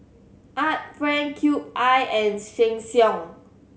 Art Friend Cube I and Sheng Siong